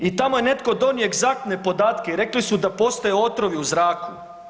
I tamo je netko donio egzaktne podatke i rekli su da postoje otrovi u zraku.